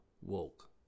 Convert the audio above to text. woke